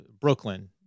Brooklyn